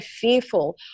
fearful